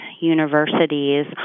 universities